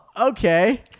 okay